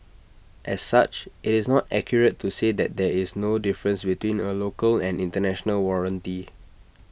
as such IT is not accurate to say that there is no difference between A local and International warranty